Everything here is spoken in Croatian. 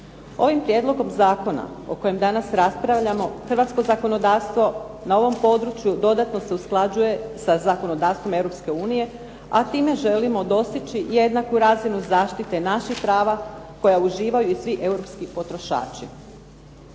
Ovim prijedlogom zakona o kojem danas raspravljamo, hrvatsko zakonodavstvo na ovom području dodatno se usklađuje sa zakonodavstvima Europske unije, a time želimo dostići jednaku razinu zaštite naših prava koja uživaju i svi europski potrošači.